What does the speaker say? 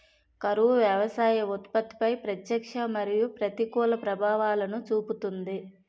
కరువు వ్యవసాయ ఉత్పత్తిపై ప్రత్యక్ష మరియు ప్రతికూల ప్రభావాలను చూపుతుంది